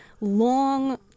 long